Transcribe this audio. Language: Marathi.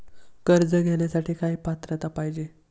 कर्ज घेण्यासाठी काय पात्रता पाहिजे?